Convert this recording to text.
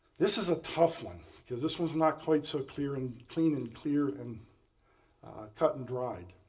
this is a tough one because this one is not quite so clear and clean and clear and cut and dried.